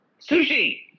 Sushi